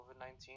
COVID-19